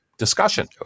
Discussion